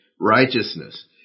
Righteousness